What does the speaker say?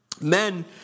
Men